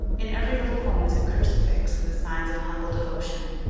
in every little home is a crucifix and the signs of humble devotion.